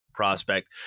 prospect